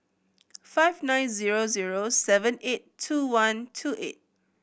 five nine zero zero seven eight two one two eight